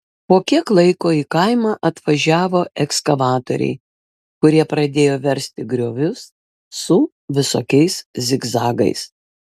po kiek laiko į kaimą atvažiavo ekskavatoriai kurie pradėjo versti griovius su visokiais zigzagais